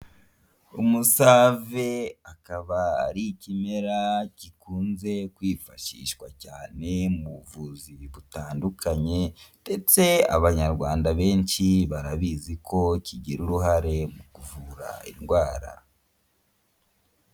Umusave akaba ari ikimera gikunze kwifashishwa cyane mu buvuzi butandukanye, ndetse abanyarwanda benshi barabizi ko kigira uruhare mu kuvura indwara.